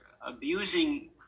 abusing